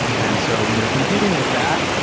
and so when you're competing with that,